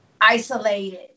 isolated